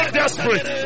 desperate